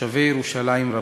תושבי ירושלים רבתי.